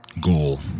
goal